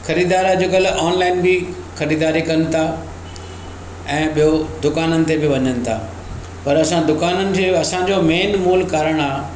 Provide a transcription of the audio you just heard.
ख़रीदार अॼु कल्ह ऑनलाइन बि ख़रीदारी कनि था ऐं ॿियो दुकाननि ते बि वञनि था पर असां दुकाननि जे असांजो मेन मूल कारणु आहे